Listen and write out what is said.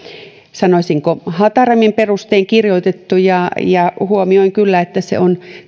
sanoisinko hatarammin perustein kirjoitettu huomioin kyllä että se on